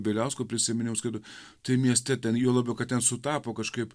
bieliausko prisiminiau skaito tai mieste ten juo labiau kad ten sutapo kažkaip